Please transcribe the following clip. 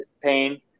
pain